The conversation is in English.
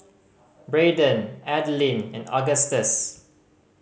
Brayden Adilene and Augustus